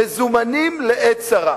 מזומנים לעת צרה.